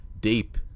deep